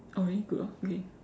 oh really good orh okay